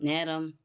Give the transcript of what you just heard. நேரம்